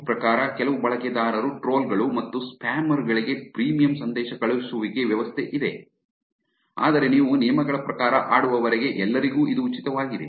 Q ಪ್ರಕಾರ ಕೆಲವು ಬಳಕೆದಾರರು ಟ್ರೋಲ್ ಗಳು ಮತ್ತು ಸ್ಪ್ಯಾಮರ್ ಗಳಿಗೆ ಪ್ರೀಮಿಯಂ ಸಂದೇಶ ಕಳುಹಿಸುವಿಕೆ ವ್ಯವಸ್ಥೆ ಇದೆ ಆದರೆ ನೀವು ನಿಯಮಗಳ ಪ್ರಕಾರ ಆಡುವವರೆಗೆ ಎಲ್ಲರಿಗೂ ಇದು ಉಚಿತವಾಗಿದೆ